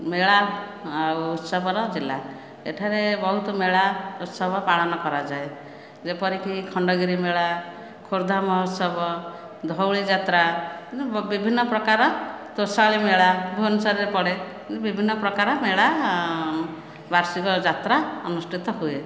ମେଳା ଆଉ ଉତ୍ସବର ଜିଲ୍ଲା ଏଠାରେ ବହୁତ ମେଳା ଉତ୍ସବ ପାଳନ କରାଯାଏ ଯେପରିକି ଖଣ୍ଡଗିରି ମେଳା ଖୋର୍ଦ୍ଧା ମହୋତ୍ସବ ଧଉଳି ଯାତ୍ରା ଏମିତି ବିଭିନ୍ନ ପ୍ରକାରର ତୋଷାଳୀ ମେଳା ଭୁବନେଶ୍ୱରରେ ପଡ଼େ ଏମିତି ବିଭିନ୍ନ ପ୍ରକାର ମେଳା ବାର୍ଷିକ ଯାତ୍ରା ଅନୁଷ୍ଠିତ ହୁଏ